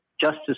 justice